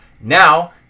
Now